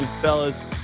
fellas